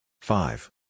Five